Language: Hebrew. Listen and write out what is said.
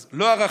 אז לא ערכים,